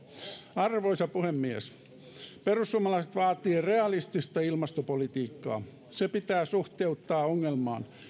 arvoisa puhemies perussuomalaiset vaatii realistista ilmastopolitiikkaa se pitää suhteuttaa ongelmaan